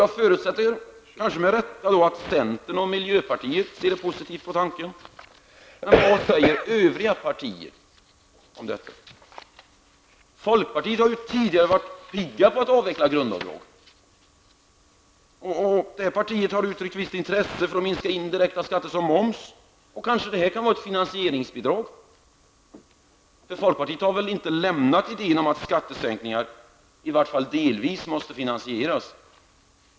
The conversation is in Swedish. Jag förutsätter, kanske med rätta, att centern och miljöpartiet ser positivt på denna tanke, men vad säger övriga partier? Inom folkpartiet har man tidigare varit pigg på att avveckla grundavdraget. Samma parti har uttryckt visst intresse för att minska indirekta skatter såsom momsen. Kanske kan detta vara ett finansieringsbidrag? För folkpartiet har väl inte lämnat idén om att skattesänkningar i vart fall delvis måste finansieras?